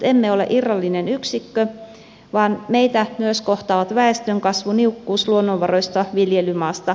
emme ole irrallinen yksikkö vaan meitä myös kohtaavat väestönkasvu niukkuus luonnonvaroista viljelymaasta